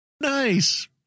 Nice